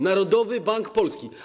Narodowy Bank Polski.